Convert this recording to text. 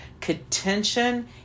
contention